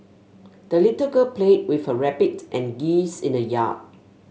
the little girl played with her rabbit and geese in the yard